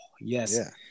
yes